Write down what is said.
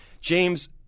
James